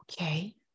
Okay